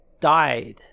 died